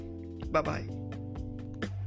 Bye-bye